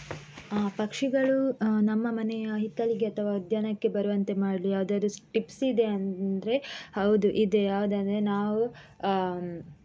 ಪಕ್ಷಿಗಳು ನಮ್ಮ ಮನೆಯ ಹಿತ್ತಲಿಗೆ ಅಥವಾ ಉದ್ಯಾನಕ್ಕೆ ಬರುವಂತೆ ಮಾಡಿ ಯಾವ್ದಾದ್ರೂ ಟಿಪ್ಸ್ ಇದೆಯಾ ಅಂದರೆ ಹೌದು ಇದೆ ಯಾವುದಂದ್ರೆ ನಾವು